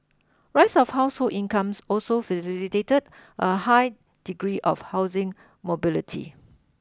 rise of household incomes also facilitated a high degree of housing mobility